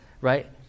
right